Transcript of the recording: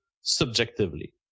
subjectively